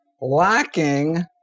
lacking